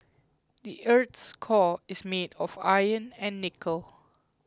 the earth's core is made of iron and nickel